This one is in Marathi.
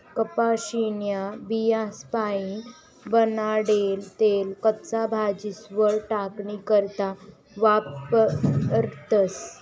कपाशीन्या बियास्पाईन बनाडेल तेल कच्च्या भाजीस्वर टाकानी करता वापरतस